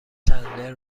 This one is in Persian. چندلر